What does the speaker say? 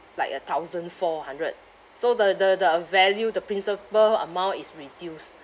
like a thousand four hundred so the the the uh value the principal amount is reduced